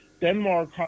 Denmark